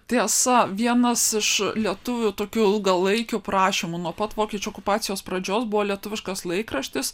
tiesa vienas iš lietuvių tokių ilgalaikių prašymų nuo pat vokiečių okupacijos pradžios buvo lietuviškas laikraštis